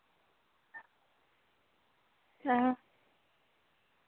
हां